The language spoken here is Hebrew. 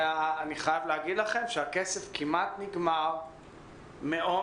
ואני חייב להגיד לכם שהכסף כמעט נגמר מעומס